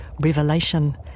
Revelation